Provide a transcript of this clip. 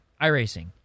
iRacing